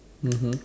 mmhmm